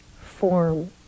form